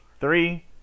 Three